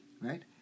right